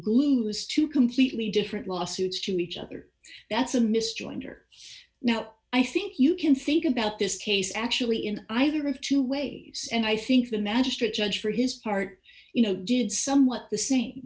glues two completely different lawsuits to each other that's a mystery under now i think you can think about this case actually in either of two ways and i think the magistrate judge for his part you know did somewhat the same